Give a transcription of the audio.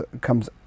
comes